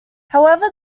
however